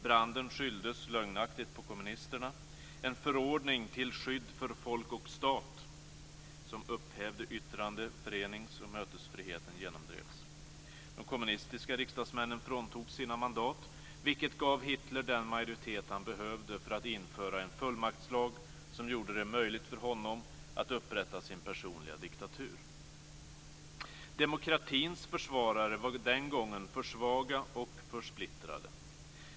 Branden skylldes lögnaktigt på kommunisterna. En "förordning till skydd för folk och stat", som upphävde yttrande-, förenings och mötesfriheten, genomdrevs. De kommunistiska riksdagsmännen fråntogs sina mandat, vilket gav Hitler den majoritet han behövde för att införa en fullmaktslag som gjorde det möjligt för honom att upprätta sin personliga diktatur. Demokratins försvarare var den gången för svaga och för splittrade.